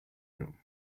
room